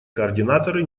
координаторы